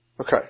Okay